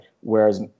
whereas